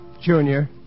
Junior